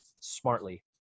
smartly